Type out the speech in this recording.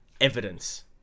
evidence